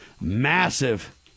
massive